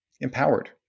empowered